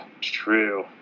true